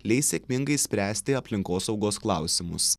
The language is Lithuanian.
leis sėkmingai spręsti aplinkosaugos klausimus